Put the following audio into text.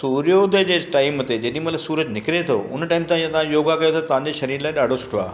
सूर्योदय टाइम ते जेॾीमहिल सूरज निकिरे थो उन टाइम तव्हां योगा कयो त तव्हांजे शरीर लाइ ॾाढो सुठो आहे